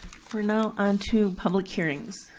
we're now onto public hearings.